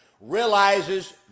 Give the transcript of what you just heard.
realizes